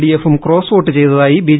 ഡീഎഫും cross vote ചെയ്തതായി B